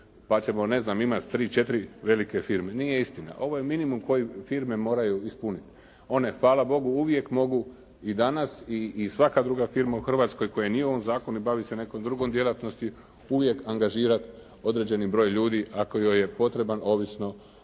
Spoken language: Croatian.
pa ćemo imat tri, četiri velike firme. Nije istina, ovo je minimum koji firme moraju ispuniti. One hvala Bogu uvijek mogu i danas i svaka druga firma u Hrvatskoj koja nije u ovom Zakonu i bavi se nekom drugom djelatnosti uvijek angažira određeni broj ljudi ako joj je potreban ovisno